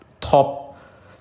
top